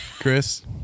Chris